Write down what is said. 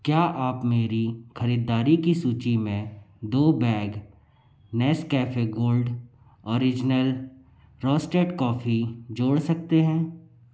क्या आप मेरी ख़रीददारी की सूची में दो bag Nescafe gold original roasted coffee जोड़ सकते हैं